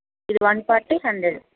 ఇది one forty hundred